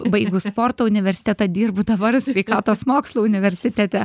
baigus sporto universitetą dirbu dabar sveikatos mokslų universitete